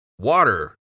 water